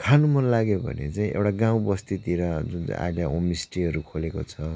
खानु मन लाग्यो भने चाहिँ एउटा गाउँ बस्तीतिर जुन अहिले होम स्टेहरू खोलेको छ